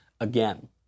again